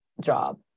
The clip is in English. job